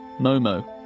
Momo